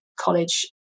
college